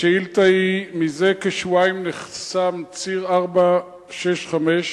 מזה כשבועיים נחסם ציר 465,